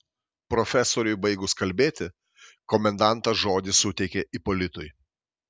profesoriui baigus kalbėti komendantas žodį suteikė ipolitui